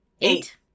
Eight